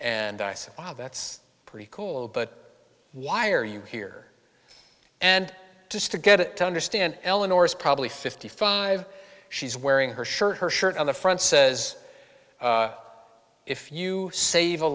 and i said wow that's pretty cool but why are you here and just to get it to understand eleanor is probably fifty five she's wearing her shirt her shirt on the front says if you save a